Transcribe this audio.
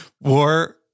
war